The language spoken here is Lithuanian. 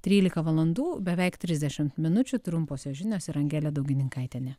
trylika valandų beveik trisdešimt minučių trumposios žinios ir angelė daugininkaitienė